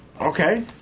okay